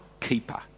keeper